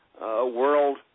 world